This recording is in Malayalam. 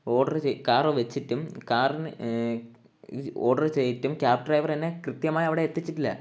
ഓർഡർ ചെയ്യ് കാർ വെച്ചിട്ടും കാറിന് ഓർഡർ ചെയ്തിട്ടും ക്യാബ് ഡ്രൈവർ തന്നെ കൃത്യമായി അവിടെ എത്തിച്ചിട്ടില്ല